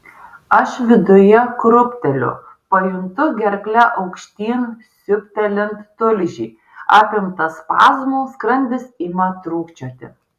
aš viduje krūpteliu pajuntu gerkle aukštyn siūbtelint tulžį apimtas spazmų skrandis ima trūkčioti